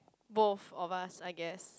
both of us I guess